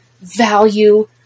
value